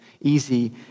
easy